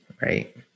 right